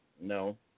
no